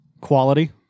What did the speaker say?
quality